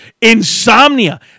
insomnia